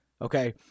okay